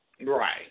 Right